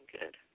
good